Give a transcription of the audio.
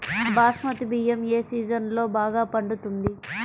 బాస్మతి బియ్యం ఏ సీజన్లో బాగా పండుతుంది?